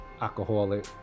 alcoholic